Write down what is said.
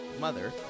Mother